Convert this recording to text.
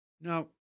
Now